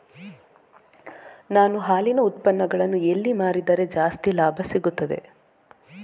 ನಾನು ಹಾಲಿನ ಉತ್ಪನ್ನಗಳನ್ನು ಎಲ್ಲಿ ಮಾರಿದರೆ ಜಾಸ್ತಿ ಲಾಭ ಸಿಗುತ್ತದೆ?